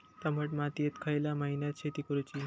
दमट मातयेत खयल्या महिन्यात शेती करुची?